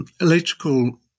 Electrical